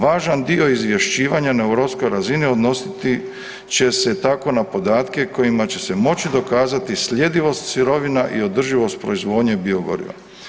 Važan dio izvješćivanja na europskoj razini odnositi će se tako na podatke kojima će se moći dokazati slijedivost sirovina i održivost proizvodnje biogoriva.